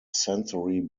sensory